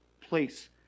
place